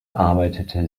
arbeitete